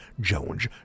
jones